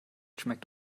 schmeckt